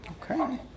okay